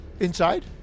Inside